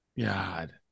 God